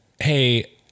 Hey